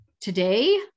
today